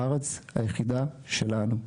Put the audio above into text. הארץ היחידה שלנו.